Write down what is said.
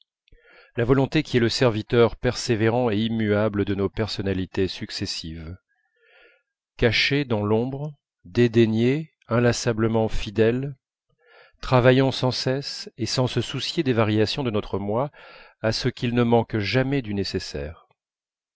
la volonté qui est le serviteur persévérant et immuable de nos personnalités successives cachée dans l'ombre dédaignée inlassablement fidèle travaillant sans cesse et sans se soucier des variations de notre moi à ce qu'il ne manque jamais du nécessaire